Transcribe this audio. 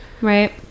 right